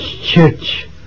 church